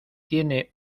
tiene